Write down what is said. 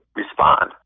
respond